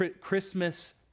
Christmas